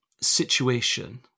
situation